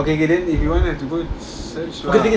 okay okay then if you want you have to go and search lah